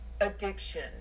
addiction